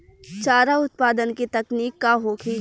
चारा उत्पादन के तकनीक का होखे?